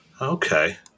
Okay